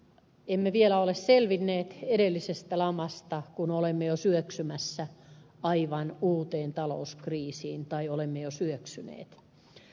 emme vielä ole selvinneet edellisestä lamasta kun olemme jo syöksymässä aivan uuteen talouskriisiin tai olemme jo syöksyneet